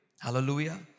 Hallelujah